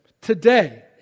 today